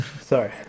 Sorry